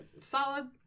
Solid